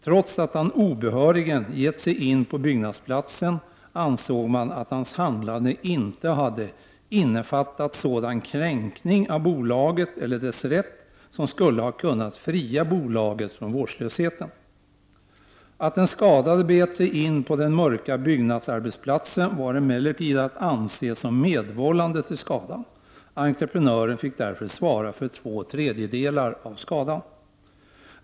Trots att han obehörigen hade gett sig in på byggnadsplatsen ansåg man att hans handlande inte hade ”innefattat sådan kränkning av bolaget eller dess rätt som skulle ha kunnat fria bolaget från vårdslösheten”. Att den skadade begett sig in på den mörka byggnadsplatsen var emellertid att anse som medvållande till skadan. Entreprenören fick därför svara för två tredjedelar av skadan.